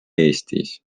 eestis